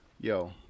Yo